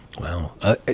Wow